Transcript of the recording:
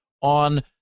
on